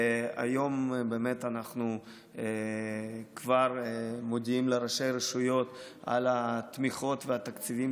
והיום אנחנו כבר מודיעים לראשי הרשויות על התמיכות והתקציבים